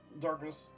darkness